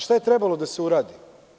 Šta je trebalo da se uradi?